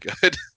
good